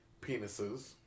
penises